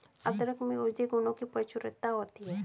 अदरक में औषधीय गुणों की प्रचुरता होती है